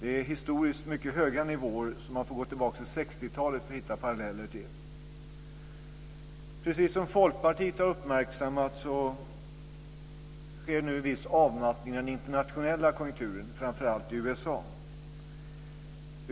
Det är historiskt mycket höga nivåer som man får gå tillbaka till 60-talet för att hitta paralleller till. Precis som Folkpartiet har uppmärksammat sker nu en viss avmattning i den internationella konjunkturen, framför allt i USA.